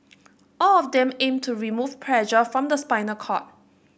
all of them aim to remove pressure from the spinal cord